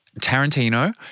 Tarantino